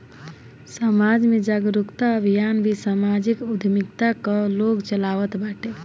समाज में जागरूकता अभियान भी समाजिक उद्यमिता कअ लोग चलावत बाटे